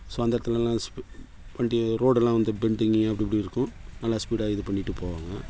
so அந்த இடத்துலெல்லாம் வண்டியை ரோடெல்லாம் வந்து பெண்டிங்கு அப்படி இப்படி இருக்கும் நல்லா ஸ்பீடாக இது பண்ணிவிட்டு போவாங்க